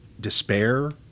despair